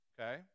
Okay